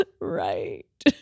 right